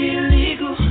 illegal